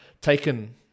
taken